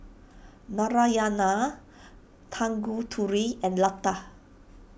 Narayana Tanguturi and Lata